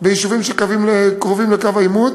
באזורים שקרובים לקו העימות,